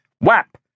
Whap